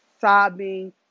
sobbing